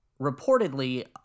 reportedly